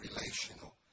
relational